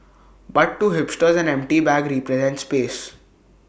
but to hipsters empty bagly presents space